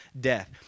death